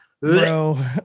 Bro